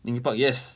linkin park yes